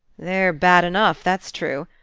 they're bad enough, that's true.